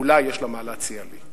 אולי יש לה מה להציע לי.